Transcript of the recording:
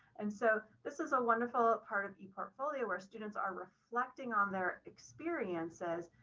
and so this is a wonderful part of the portfolio where students are reflecting on their experiences,